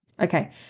Okay